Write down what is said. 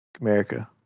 America